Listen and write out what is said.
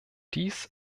dies